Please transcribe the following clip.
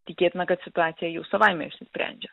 tikėtina kad situacija jau savaime išsisprendžia